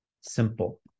simple